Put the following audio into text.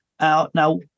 Now